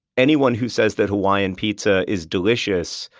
anyone who says that hawaiian pizza is delicious,